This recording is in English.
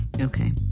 Okay